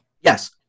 yes